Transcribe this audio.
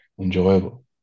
enjoyable